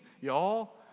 y'all